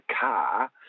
car